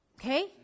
Okay